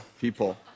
people